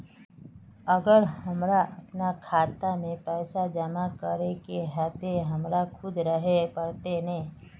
अगर हमर अपना खाता में पैसा जमा करे के है ते हमरा खुद रहे पड़ते ने?